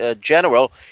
general